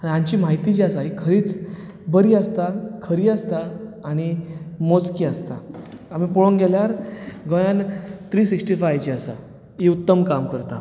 आनी हांची म्हायती जी आसा ही खरीच बरी आसता खरी आसता आनी मोजकी आसता आमी पळोवंक गेल्यार गोंयांत थ्री सिक्सटी फाय्फ जी आसा ही उत्तम काम करता